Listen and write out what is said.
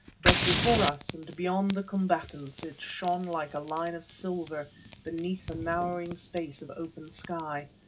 but before us and beyond the combatants it shone like a line of silver beneath the narrowing space of open sky.